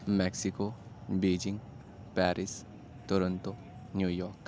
Mexico Beijing Paris Toronto New York